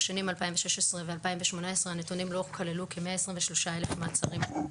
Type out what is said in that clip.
בשנים 2018-2016 הנתונים לא כללו כ-123,000 מעצרים.